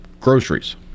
groceries